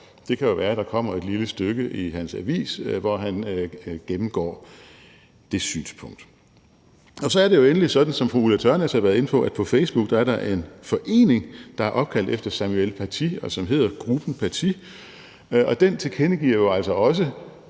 Det kan jo være, der kommer et lille stykke i hans avis, hvor han gennemgår det synspunkt. Så er det jo endelig sådan, som fru Ulla Tørnæs har været inde på, at på Facebook er der en forening, der er opkaldt efter Samuel Paty, og som hedder Gruppen Paty, og i den tilkendegiver man jo altså også